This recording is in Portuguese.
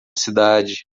cidade